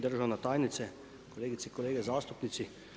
Državna tajnice, kolegice i kolege zastupnici.